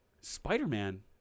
Spider-Man